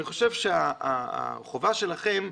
אני חושב שהחובה שלכם,